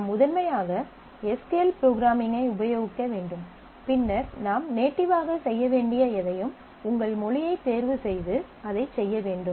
நாம் முதன்மையாக S Q L programming ஐ உபயோகிக்க வேண்டும் பின்னர் நாம் நேட்டிவ் ஆக செய்ய வேண்டிய எதையும் உங்கள் மொழியைத் தேர்வுசெய்து அதைச் செய்ய வேண்டும்